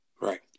right